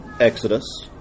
Exodus